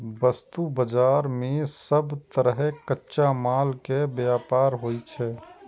वस्तु बाजार मे सब तरहक कच्चा माल के व्यापार होइ छै